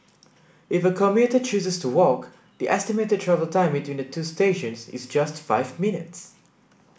if a commuter chooses to walk the estimated travel time between the two stations is just five minutes